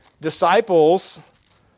disciples